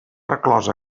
reclòs